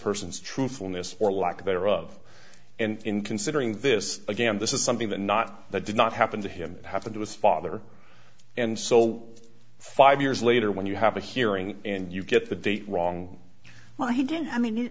person's truthfulness or lack thereof and in considering this again this is something that not that did not happen to him happened to his father and so five years later when you have a hearing and you get the date wrong well he didn't i mean